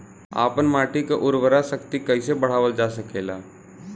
आपन माटी क उर्वरा शक्ति कइसे बढ़ावल जा सकेला?